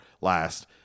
last